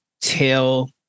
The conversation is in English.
tell